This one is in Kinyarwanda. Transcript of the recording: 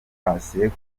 patient